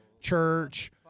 church